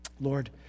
Lord